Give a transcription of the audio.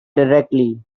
directly